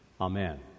Amen